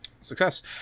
Success